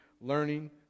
learning